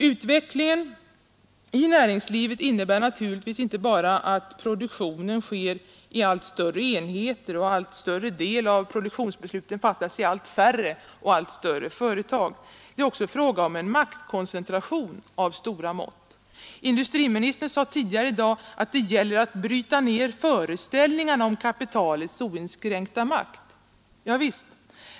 Utvecklingen i näringslivet innebär naturligtvis inte bara att produktionen sker i allt större enheter och att allt större del av produktionsbesluten fattas i allt färre och allt större företag. Det är också fråga om en maktkoncentration av stora mått. Industriministern sade tidigare i dag att det gäller att bryta ner föreställningarna om kapitalets oinskränkta makt. Javisst.